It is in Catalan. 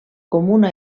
comuna